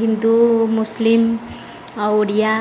Hindu Muslim ଆଉ ଓଡ଼ିଆ